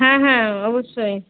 হ্যাঁ হ্যাঁ অবশ্যই